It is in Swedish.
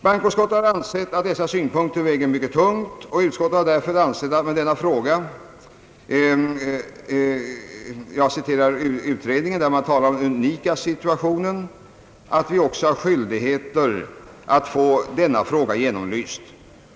Bankoutskottet har ansett att dessa synpunkter väger mycket tungt, och utskottet har därför ansett att denna fråga — för att citera utredningen: »unika situation» — bör bli föremål för en genomlysning.